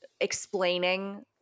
explaining